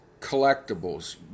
collectibles